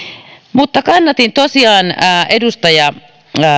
mutta kannatin tosiaan edustaja